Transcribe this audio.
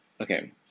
Okay